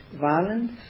violence